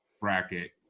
bracket